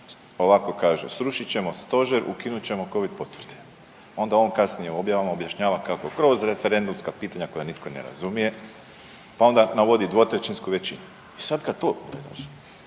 ovako kaže, srušit ćemo stožer, ukinut ćemo covid potvrde. Onda o kasnije u objavama objašnjava kako kroz referendumska pitanja koja nitko ne razumije, pa onda navodi dvotrećinsku većinu. I sad kada to …